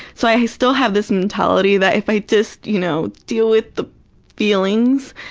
so i still have this mentality that if i just you know deal with the feelings,